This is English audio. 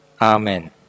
Amen